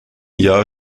jahr